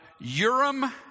Urim